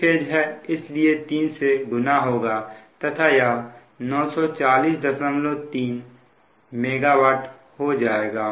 three phase है इसलिए 3 से गुना होगा तथा यह 9403MW हो जाएगा